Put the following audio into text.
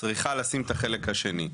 צריכה לשים את החלק השני.